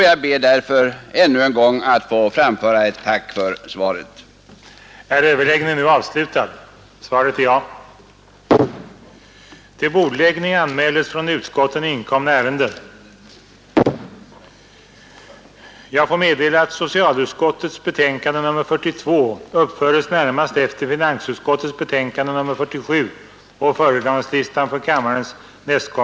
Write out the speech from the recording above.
Jag ber därför ännu en gång att få framföra ett tack för svaret på min interpellation.